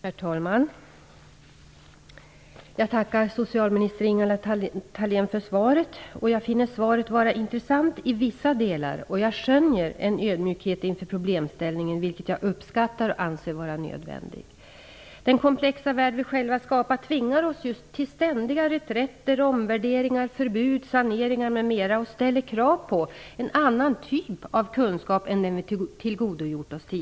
Herr talman! Jag tackar socialminister Ingela Thalén för svaret. Jag finner svaret vara intressant i vissa delar. Jag skönjer en ödmjukhet inför problemställningen, något som jag uppskattar och anser vara nödvändigt. Den komplexa värld som vi själva skapar tvingar oss ju till ständiga reträtter, omvärderingar, förbud, saneringar m.m. och ställer krav på en annan typ av kunskap än den som vi tidigare har tillgodogjort oss.